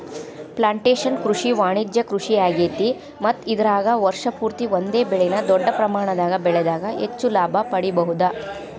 plantation ಕೃಷಿ ವಾಣಿಜ್ಯ ಕೃಷಿಯಾಗೇತಿ ಮತ್ತ ಇದರಾಗ ವರ್ಷ ಪೂರ್ತಿ ಒಂದೇ ಬೆಳೆನ ದೊಡ್ಡ ಪ್ರಮಾಣದಾಗ ಬೆಳದಾಗ ಹೆಚ್ಚ ಲಾಭ ಪಡಿಬಹುದ